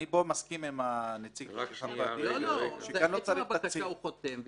אני פה מסכים עם הנציג של ------ הוא חותם,